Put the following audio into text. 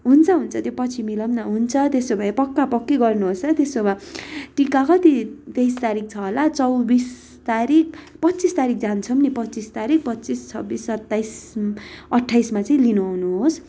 हुन्छ हुन्छ त्यो पछि मिलाउँ न हुन्छ त्यसो भए पक्का पक्की गर्नुहोस् है त्यसो भए टीका कति तेइस तारिक छ हला चौबीस तारिक पच्चिस तारिक जान्छौँ नि पच्चिस तारिक पच्चिस छब्बिस सत्ताइस अठाइसमा चाहिँ लिन आउनुहोस्